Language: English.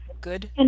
good